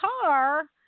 car